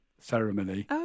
ceremony